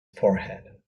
forehead